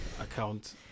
account